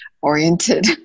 oriented